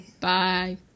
Bye